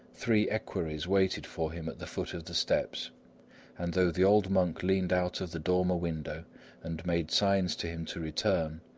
three equerries waited for him at the foot of the steps and though the old monk leaned out of the dormer-window and made signs to him to return,